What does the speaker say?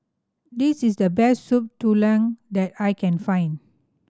this is the best Soup Tulang that I can find